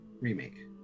Remake